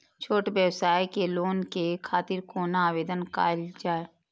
छोट व्यवसाय के लोन के खातिर कोना आवेदन कायल जाय?